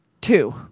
Two